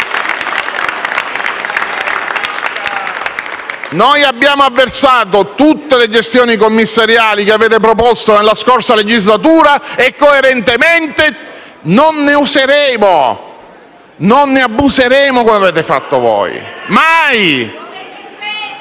Abbiamo avversato tutte le gestioni commissariali che avete proposto nella scorsa legislatura e coerentemente non ne useremo e non ne abuseremo come avete fatto voi: mai! *(Commenti